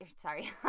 sorry